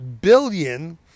billion